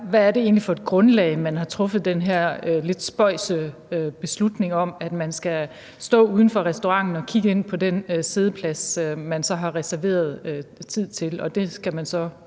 er for et grundlag, man har truffet den her lidt spøjse beslutning på om, at man skal stå uden for restauranten og kigge ind på den siddeplads, man har reserveret tid til,